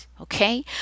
Okay